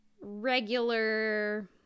regular